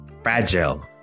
fragile